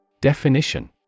Definition